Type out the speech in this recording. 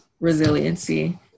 resiliency